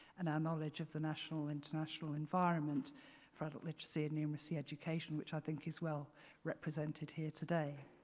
and our knowledge of the national international environment for literacy and numeracy education which i think is well represented here today.